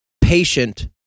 patient